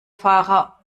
fahrer